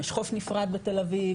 יש חוף נפרד בתל אביב,